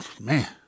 man